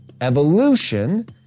evolution